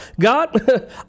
God